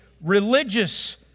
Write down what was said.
religious